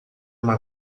uma